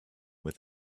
with